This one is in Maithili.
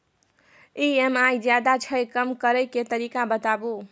ई.एम.आई ज्यादा छै कम करै के तरीका बताबू?